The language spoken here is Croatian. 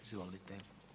Izvolite.